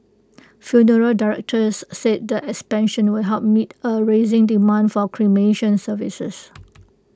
funeral directors said the expansion will help meet A rising demand for cremation services